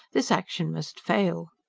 this action must fail.